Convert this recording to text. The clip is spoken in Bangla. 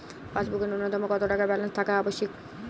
পাসবুকে ন্যুনতম কত টাকা ব্যালেন্স থাকা আবশ্যিক?